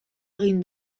egin